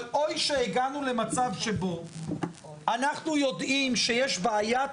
אבל אוי שהגענו למצב שבו אנחנו יודעים שיש בעיית